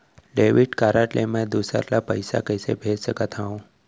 Debit card ले मैं दूसर ला पइसा कइसे भेज सकत हओं?